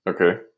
Okay